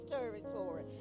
territory